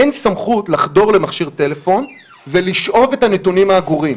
אין סמכות לחדור למכשיר טלפון ולשאוב את הנתונים האגורים.